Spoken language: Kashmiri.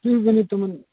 تُہۍ ؤنِو تِمن